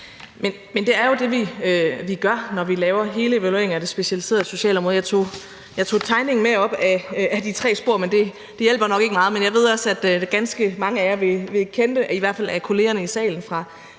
Men det er jo det, vi gør, når vi laver hele evalueringen af det specialiserede socialområde. Jeg tog tegningen af de tre spor med op. Det hjælper nok ikke meget, men jeg ved også, at ganske mange af jer vil kende det, i hvert fald af kollegerne i salen, fra